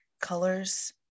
colors